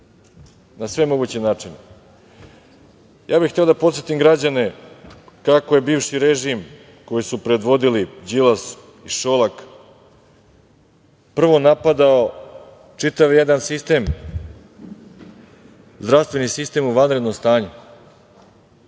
na sve moguće načine. Hteo bih da podsetim građane kako je bivši režim, koji su predvodili Đilas i Šolak, prvo napadao čitav jedan sistem, zdravstveni sistem u vanrednom stanju.